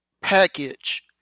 package